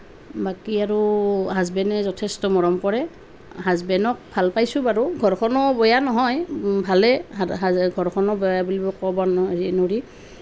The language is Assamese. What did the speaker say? বাকী আৰু হাজবেণ্ডে যথেষ্ট মৰম কৰে হাজবেণ্ডক ভাল পাইছোঁ বাৰু ঘৰখনো বেয়া নহয় ভালেই ঘৰখনো বেয়া বুলিব ক'ব নোৱাৰি